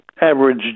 average